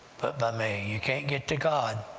but by me. you can't get to god,